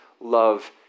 love